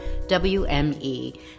WME